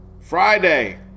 Friday